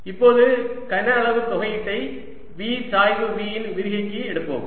இப்போது கன அளவு தொகையீட்டை V சாய்வு V இன் விரிகைக்கு எடுப்போம்